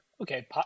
Okay